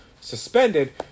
suspended